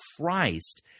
Christ